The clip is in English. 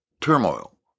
Turmoil